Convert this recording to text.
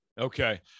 Okay